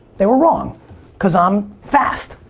they were wrong cause i'm fast.